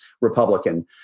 Republican